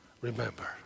remember